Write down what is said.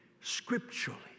scripturally